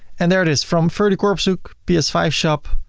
and there it is, from ferdy korpershoek p s five shop,